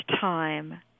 time